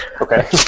Okay